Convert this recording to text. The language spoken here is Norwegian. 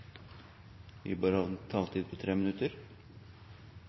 får ordet, har en taletid på